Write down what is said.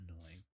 annoying